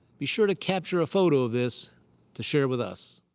be sure to capture a photo of this to share with us.